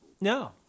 no